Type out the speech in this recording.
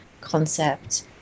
concept